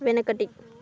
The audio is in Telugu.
వెనకటి